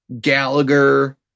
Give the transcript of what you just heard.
Gallagher